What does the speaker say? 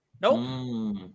nope